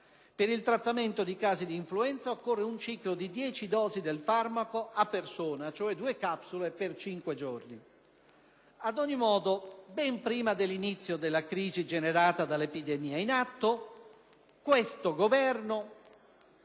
Per il trattamento dei casi di influenza occorre un ciclo di 10 dosi del farmaco a persona (2 capsule per 5 giorni). Ad ogni modo, ben prima dell'inizio della crisi generata dall'epidemia in atto, questo Governo